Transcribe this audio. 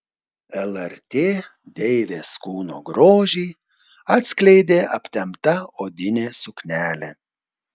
lrt deivės kūno grožį atskleidė aptempta odinė suknelė